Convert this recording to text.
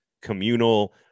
communal